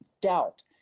doubt